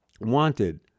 Wanted